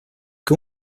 que